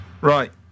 right